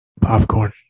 popcorn